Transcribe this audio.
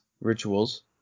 rituals